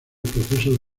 proceso